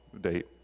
date